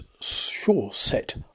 sure-set